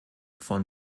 von